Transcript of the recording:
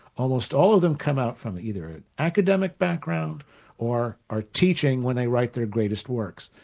almost all of them come out from either an academic background or ah teaching when they write their greatest works.